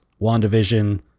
WandaVision